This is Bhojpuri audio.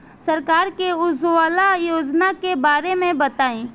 सरकार के उज्जवला योजना के बारे में बताईं?